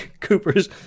Cooper's